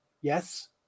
yes